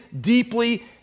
deeply